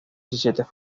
diecisiete